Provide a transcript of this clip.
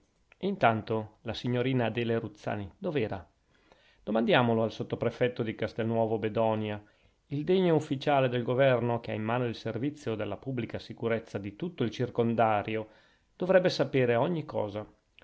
intanto la signorina adele ruzzani dov'era domandiamolo al sottoprefetto di castelnuovo bedonia il degno ufficiale del governo che ha in mano il servizio della pubblica sicurezza di tutto il circondario dovrebbe sapere ogni cosa